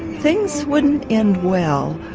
things wouldn't end well.